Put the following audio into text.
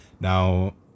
Now